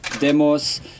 demos